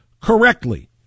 correctly